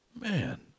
man